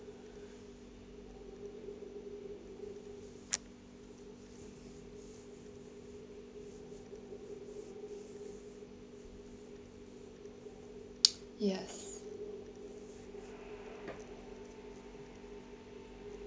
yes